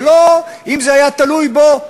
שאם זה היה תלוי בו,